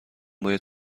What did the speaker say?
باید